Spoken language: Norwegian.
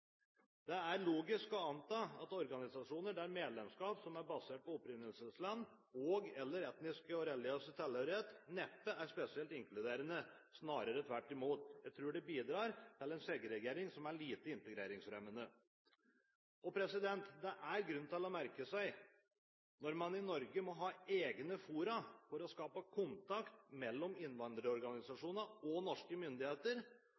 Det er logisk å anta at organisasjoner der medlemskap er basert på opprinnelsesland og/eller etnisk og religiøs tilhørighet, neppe er spesielt inkluderende – snarere tvert imot. Jeg tror det bidrar til en segregering som er lite integreringsfremmende. Det er grunn til å merke seg at når man i Norge må ha egne fora for å skape kontakt mellom innvandrerorganisasjoner og norske myndigheter,